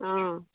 অঁ